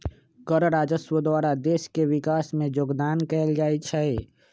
कर राजस्व द्वारा देश के विकास में जोगदान कएल जाइ छइ